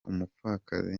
umupfakazi